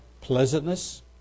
pleasantness